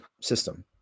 system